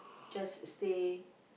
just stay